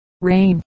rain